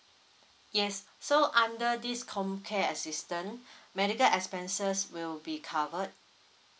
yes so under this comcare assistance medical expenses will be covered